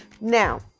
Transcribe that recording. Now